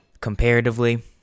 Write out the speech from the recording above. comparatively